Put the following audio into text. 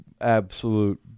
absolute